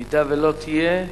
אם היא לא תהיה,